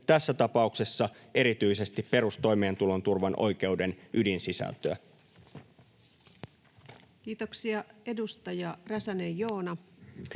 tässä tapauksessa erityisesti perustoimeentulon turvan oikeuden, ydinsisältöä. No, puhukaa loppuun. Kiitoksia. — Edustaja Räsänen, Joona.